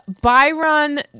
Byron